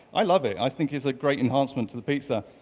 i love it. i think it's a great enhancement to the pizza,